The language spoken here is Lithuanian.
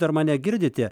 dar mane girdite